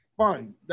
fine